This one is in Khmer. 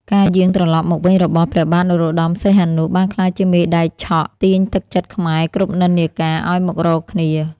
ការយាងត្រឡប់មកវិញរបស់ព្រះបាទ នរោត្តម សីហនុ បានក្លាយជាមេដែកឆក់ទាញទឹកចិត្តខ្មែរគ្រប់និន្នាការឱ្យមករកគ្នា។